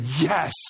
yes